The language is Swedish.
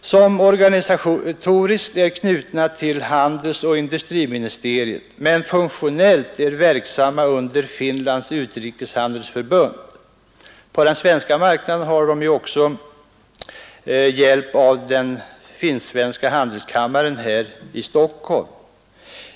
som organisatoriskt är knutna till handelsoch industriministeriet men funktionellt är verksamma under Finlands utrikeshandelsförbund. På den svenska marknaden har de ju också hjälp av Finsk-Svenska handelskammaren här i Stockholm.